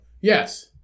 Yes